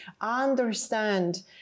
understand